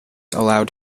allowed